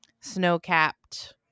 snow-capped